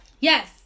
Yes